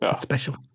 Special